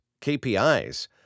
KPIs